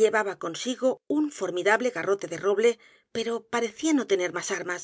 llevaba consigo un formidable garrote de roble pero parecía no tener más armas